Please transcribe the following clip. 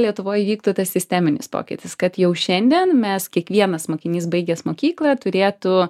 lietuvoj įvyktų tas sisteminis pokytis kad jau šiandien mes kiekvienas mokinys baigęs mokyklą turėtų